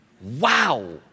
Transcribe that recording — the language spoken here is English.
Wow